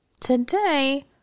today